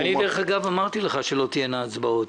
דרך אגב, אני אמרתי לך בבוקר שלא תהיינה הצבעות.